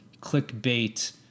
clickbait